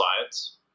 science